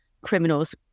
criminals